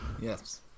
Yes